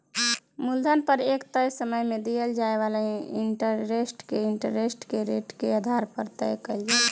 मूलधन पर एक तय समय में दिहल जाए वाला इंटरेस्ट के इंटरेस्ट रेट के आधार पर तय कईल जाला